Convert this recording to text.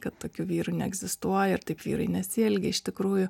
kad tokių vyrų neegzistuoja ir taip vyrai nesielgia iš tikrųjų